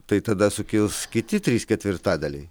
tai tada sukils kiti trys ketvirtadaliai